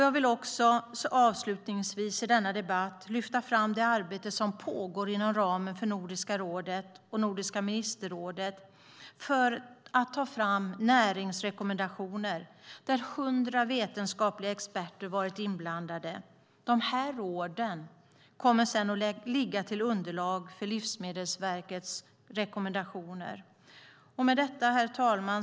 Avslutningsvis i denna debatt vill jag lyfta fram det arbete som pågår inom ramen för Nordiska rådet och Nordiska ministerrådet att ta fram näringsrekommendationer där 100 vetenskapliga experter har varit inblandade. Dessa råd kommer att utgöra underlag för Livsmedelsverkets rekommendationer. Herr talman!